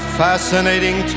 fascinating